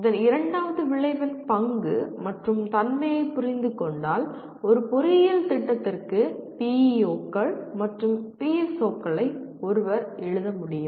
இதன் இரண்டாவது விளைவின் பங்கு மற்றும் தன்மையைப் புரிந்து கொண்டால் ஒரு பொறியியல் திட்டத்திற்கு PEO கள் மற்றும் PSO களை ஒருவர் எழுத முடியும்